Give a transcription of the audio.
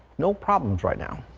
no problems right now.